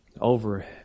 over